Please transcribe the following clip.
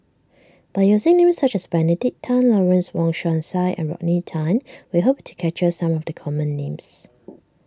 by using names such as Benedict Tan Lawrence Wong Shyun Tsai and Rodney Tan we hope to capture some the common names